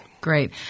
Great